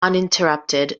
uninterrupted